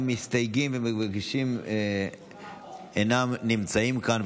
המסתייגים והמגישים אינם נמצאים כאן,